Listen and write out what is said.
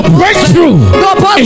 breakthrough